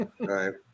Right